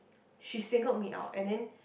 she singled me out and then